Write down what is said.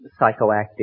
psychoactive